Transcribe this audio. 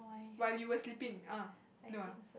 while you were sleeping eh no ah